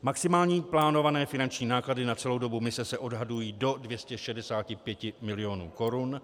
Maximální plánované finanční náklady na celou dobu mise se odhadují do 265 milionů korun.